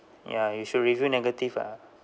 ya you should review negative ah